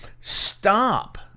stop